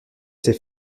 ces